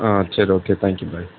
ஆ சரி okay thank you by